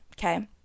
Okay